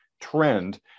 trend